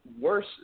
worse